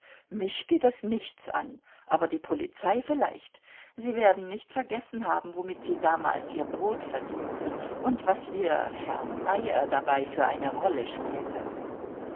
mich geht das nichts an aber die polizei vielleicht sie werden nicht vergessen haben womit sie damals ihr brot verdienten und was ihr herr meyer dabei für eine rolle spielte